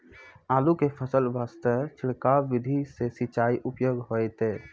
आलू के फसल वास्ते छिड़काव विधि से सिंचाई उपयोगी होइतै?